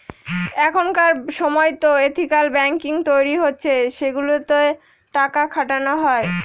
এখনকার সময়তো ethical banking তৈরী হচ্ছে সেগুলোতে টাকা খাটানো হয়